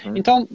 Então